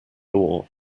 law